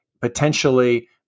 potentially